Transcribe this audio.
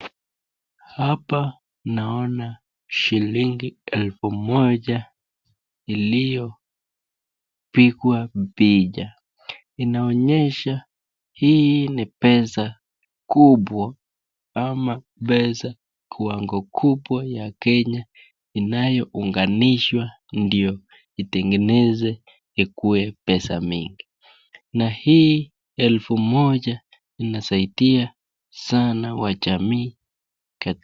Hapa naona shilingi elfu moja iliyopigwa picha. Inaonyesha hii ni pesa kubwa ama pesa kiwango kubwa ya Kenya inayounganishwa ndio itengeneze ikuwe pesa mingi. Na hii elfu moja inasaidia sana wajamii.